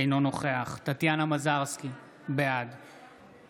אינו נוכח טטיאנה מזרסקי, בעד